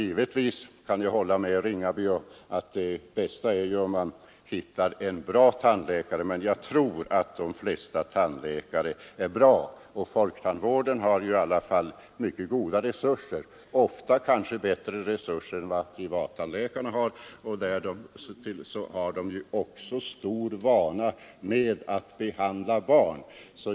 Givetvis kan jag hålla med herr Ringaby om att det bästa är om man hittar en bra tandläkare, men jag tror att de flesta tandläkare är bra. Folktandvården har i varje fall mycket goda tekniska resurser, ofta kanske bättre resurser än privattandläkarna har. Därtill kommer att tandläkarna inom folktandvården också har stor vana vid att behandla barn.